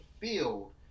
field